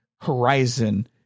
horizon